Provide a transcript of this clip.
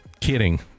Kidding